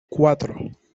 cuatro